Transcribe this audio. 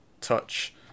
touch